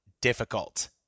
difficult